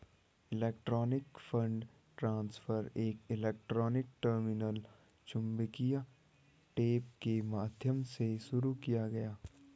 electronic fund transfer एक electronic terminal चुंबकीय tape के माध्यम से शुरू किया गया